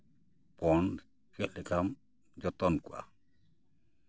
ᱦᱚᱯᱚᱱ ᱪᱮᱫ ᱞᱮᱠᱟᱢ ᱡᱚᱛᱚᱱ ᱠᱚᱣᱟ